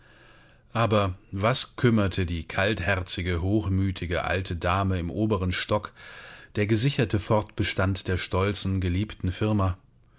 aber was kümmerte die kaltherzige hochmütige alte dame im oberen stock der gesicherte fortbestand der stolzen geliebten firma